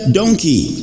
donkey